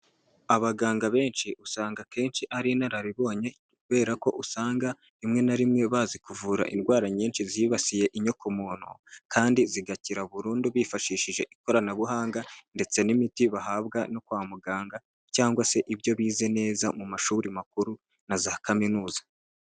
Abaganga benshi usanga akenshi ari inararibonye, kubera ko usanga rimwe na rimwe bazi kuvura indwara nyinshi zibasiye inyokomuntu kandi zigakira burundu bifashishije ikoranabuhanga ndetse n'imiti bahabwa no kwa muganga cyangwa se ibyo bize neza mu mashuri makuru na za kaminuza.